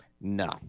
no